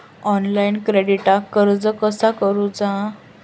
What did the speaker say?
Online क्रेडिटाक अर्ज कसा करुचा?